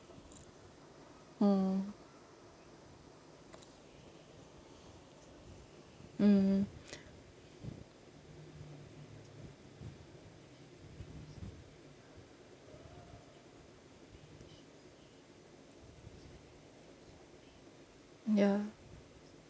mm mm ya